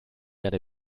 erde